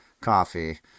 coffee